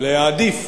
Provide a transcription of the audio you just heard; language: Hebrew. להעדיף